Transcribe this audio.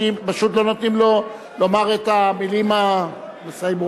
פשוט לא נותנים לו לומר את המלים המסיימות.